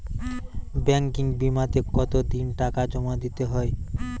Banking বিমাতে কত দিন টাকা জমা দিতে হয়?